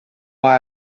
why